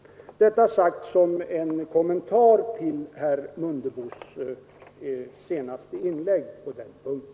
— Detta sagt som en kommentar till herr Mundebos senaste inlägg på den punkten.